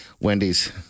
Wendy's